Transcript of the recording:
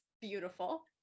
beautiful